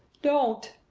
don't!